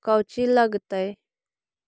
कौची लगतय?